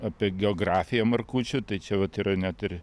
apie geografiją markučių tai čia vat yra net ir